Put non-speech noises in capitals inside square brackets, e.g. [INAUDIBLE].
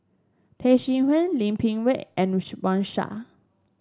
Tay Seow Huah Lim Peng Tze and [NOISE] Wang Sha